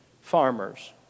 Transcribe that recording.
farmers